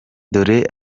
dore